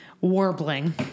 Warbling